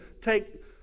take